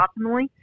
optimally